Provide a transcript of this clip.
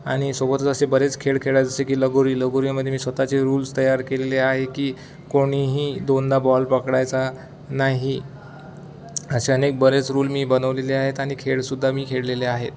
आणि सोबतच असे बरेच खे खेळायचे जसे की लगोरी लगोरीमध्ये मी स्वतःचे रुल्स तयार केलेले आहे की कोणीही दोनदा बॉल पकडायचा नाही असे अनेक बरेच रूल मी बनवलेले आहेत आणि खेळसुद्धा मी खेळलेले आहेत